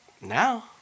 Now